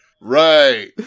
Right